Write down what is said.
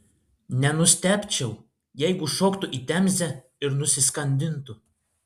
nenustebčiau jeigu šoktų į temzę ir nusiskandintų